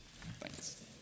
Thanks